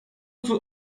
two